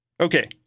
Okay